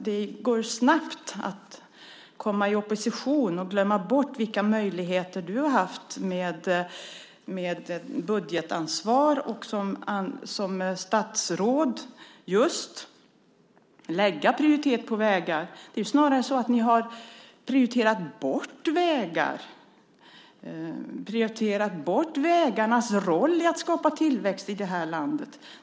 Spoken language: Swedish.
Det går ju snabbt att komma i opposition och glömma bort vilka möjligheter som du har haft med budgetansvar och som statsråd att just lägga prioritet på vägar. Det är snarare så att ni har prioriterat bort vägar, prioriterat bort vägarnas roll i att skapa tillväxt i det här landet.